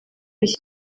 iki